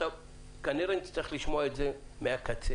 כנראה נצטרך לשמוע את זה מהקצה.